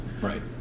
Right